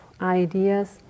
ideas